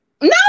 No